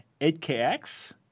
8KX